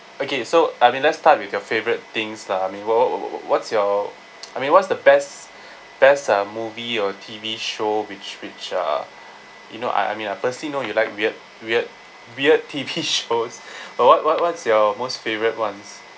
okay so I mean let's start with your favourite things lah I mean what what what's your I mean what's the best best uh movie or T_V show which which uh you know I I mean I personally know you like weird weird weird T_V shows but what what what's your most favourite ones